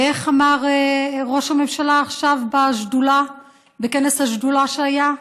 ואיך אמר ראש הממשלה עכשיו בכנס השדולה שהיה?